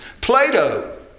Plato